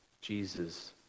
Jesus